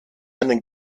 einen